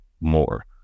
more